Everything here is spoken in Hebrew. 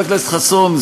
חבר הכנסת חסון,